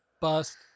Bust